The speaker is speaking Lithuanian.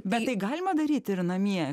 bet tai galima daryti ir namie